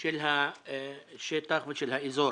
של השטח ושל האזור.